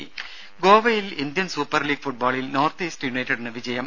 രും ഗോവയിൽ Indian super league ഫുട്ബോളിൽ നോർത്ത് ഈസ്റ്റ് യുനൈറ്റഡിന് വിജയം